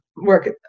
work